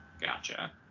Gotcha